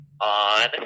on